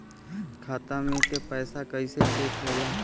खाता में के पैसा कैसे चेक होला?